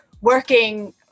working